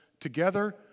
together